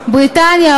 בריטניה,